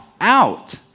out